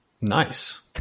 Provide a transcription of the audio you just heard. Nice